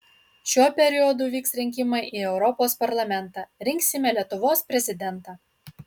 šiuo periodu vyks rinkimai į europos parlamentą rinksime lietuvos prezidentą